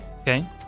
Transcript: Okay